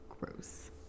Gross